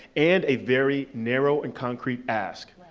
and a very narrow and concrete ask.